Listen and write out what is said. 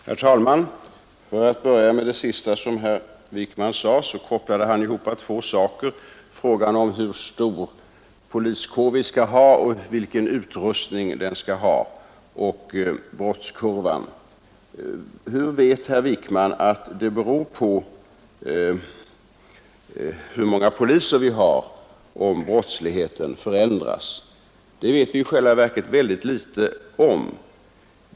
Herr talman! Herr Wijkman kopplade ihop två saker: Frågan om hur stor poliskår vi skall ha och vilken utrustning den skall ha samt brottskurvan. Hur vet herr Wijkman att det beror på hur många poliser vi har om brottsligheten förändras? Det vet vi i själva verket väldigt litet om.